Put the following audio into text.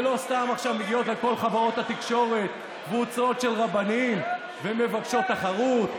ולא סתם עכשיו מגיעות לכל חברות התקשורת קבוצות של רבנים ומבקשות תחרות,